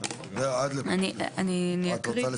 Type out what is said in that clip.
אני אציג את